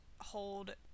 hold